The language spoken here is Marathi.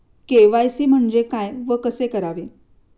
के.वाय.सी म्हणजे काय व कसे करावे?